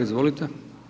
Izvolite.